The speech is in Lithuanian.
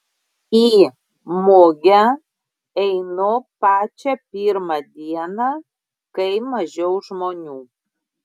į mugę einu pačią pirmą dieną kai mažiau žmonių